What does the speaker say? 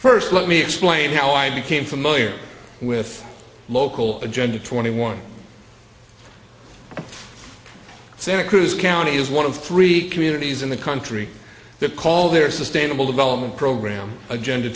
first let me explain how i became familiar with local agenda twenty one santa cruz county is one of three communities in the country that called their sustainable development program agenda